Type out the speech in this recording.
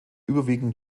überwiegend